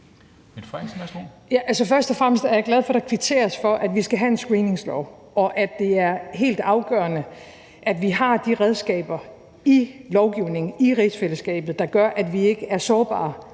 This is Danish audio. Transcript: Først og fremmest er jeg glad for, at der kvitteres for, at vi skal have en screeningslov, og at det er helt afgørende, at vi har de redskaber i lovgivningen i rigsfællesskabet, der gør, at vi ikke er sårbare